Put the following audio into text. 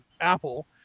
Apple